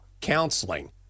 counseling